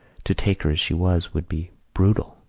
to take her as she was would be brutal.